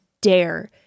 dare